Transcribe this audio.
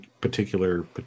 particular